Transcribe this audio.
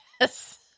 Yes